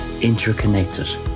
interconnected